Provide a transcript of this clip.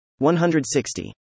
160